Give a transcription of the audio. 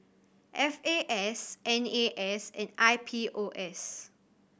F A S N A S and I P O S